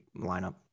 lineup